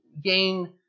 gain